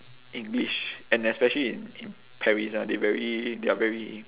english and especially in in paris ah they very they're very